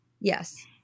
Yes